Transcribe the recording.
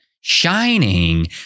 Shining